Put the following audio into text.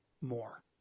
more